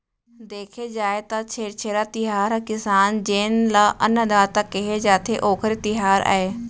देखे जाए त छेरछेरा तिहार ह किसान जेन ल अन्नदाता केहे जाथे, ओखरे तिहार आय